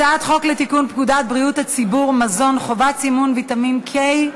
הצעת חוק לתיקון פקודת בריאות הציבור (מזון) (חובת סימון ויטמין K),